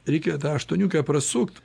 reikia tą aštuoniukę prasukt